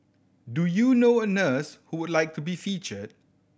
do you know a nurse who would like to be featured